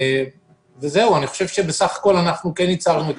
אני חושב שבסך הכול אנחנו כן ייצרנו את